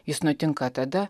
jis nutinka tada